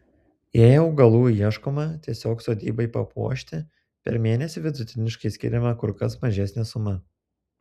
jei augalų ieškoma tiesiog sodybai papuošti per mėnesį vidutiniškai skiriama kur kas mažesnė suma